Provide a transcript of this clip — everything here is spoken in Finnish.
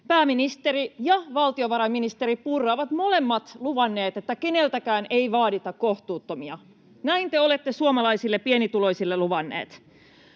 pääministeri ja valtiovarainministeri Purra ovat molemmat luvanneet, että keneltäkään ei vaadita kohtuuttomia. Näin te olette suomalaisille pienituloisille luvanneet.